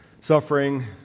suffering